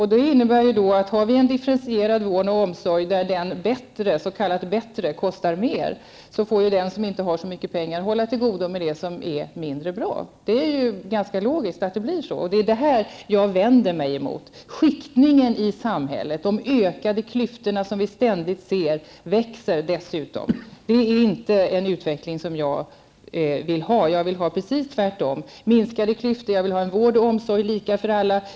Har vi då en differentierad vård och omsorg där den s.k. bättre kostar mer, får ju den som inte har så mycket pengar hålla till godo med det som är mindre bra. Det är ganska logiskt att det blir på det sättet. Det är just det jag vänder mig emot, skiktningen i samhället, de ökade klyftorna som vi dessutom ständigt ser växa. Detta är inte en utveckling som jag vill ha. Jag vill ha precis raka motsatsen. Jag vill ha minskade klyftor. Jag vill ha vård och omsorg som är lika för alla.